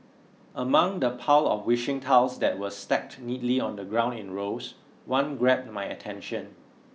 among the pile of wishing tiles that were stacked neatly on the ground in rows one grabbed my attention